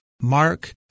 Mark